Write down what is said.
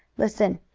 listen!